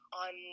on